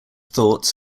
thoughts